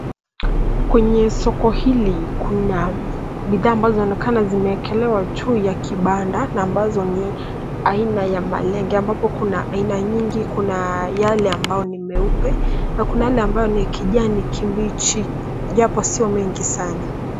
Kwenye soko hii kuna bidhaa ambazo zaonekana zimeekelewa juu ya kibanda na ambazo ni aina ya malenge ambapo kuna aina nyingi kuna yale ambayo ni meupe na kuna yale ambayo ni ya kijani kibichi japo sio mengi sana.